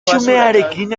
xumearekin